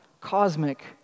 cosmic